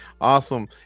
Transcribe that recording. awesome